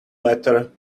letter